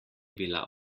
bila